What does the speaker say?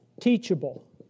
teachable